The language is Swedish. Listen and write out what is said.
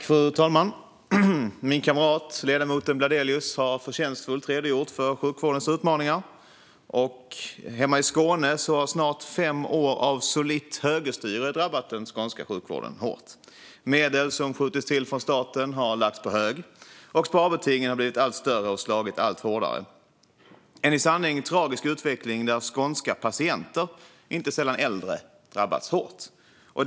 Fru talman! Min kamrat, ledamoten Bladelius, har förtjänstfullt redogjort för sjukvårdens utmaningar. Hemma i Skåne har snart fem år av solitt högerstyre drabbat den skånska sjukvården hårt. Medel som har skjutits till från staten har lagts på hög, och sparbetingen har blivit allt större och slagit allt hårdare. Det är en i sanning tragisk utveckling där skånska patienter, inte sällan äldre, drabbas hårt.